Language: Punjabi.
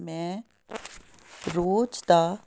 ਮੈਂ ਰੋਜ਼ ਦਾ